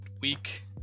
week